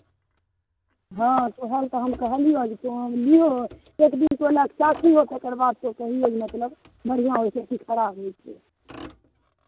हँ तऽ उएह तऽ हम कहलिअह जे तोँ लियौ एक दिन तोँ लए कऽ चखियौ तकर बाद तोँ कहियौ जे मतलब बढ़िआँ होइ छै कि खराब होइ छै